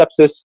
sepsis